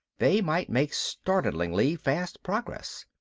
they might make startlingly fast progress.